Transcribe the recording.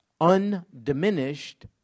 Undiminished